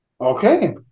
Okay